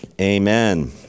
amen